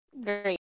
Great